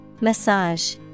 Massage